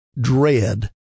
dread